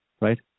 right